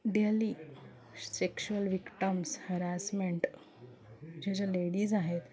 daily sexual victims harassment जे ज्या ladies आहेत